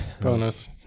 bonus